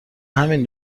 همین